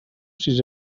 sis